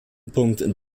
punkt